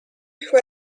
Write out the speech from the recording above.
who